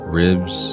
ribs